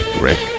rick